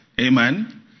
amen